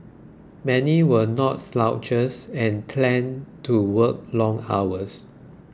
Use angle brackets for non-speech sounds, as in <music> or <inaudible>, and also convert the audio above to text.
many were no slouches and <unintelligible> to work long hours